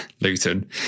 Luton